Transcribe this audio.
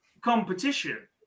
competition